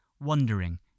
wondering